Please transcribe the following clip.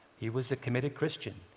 he was a committed christian.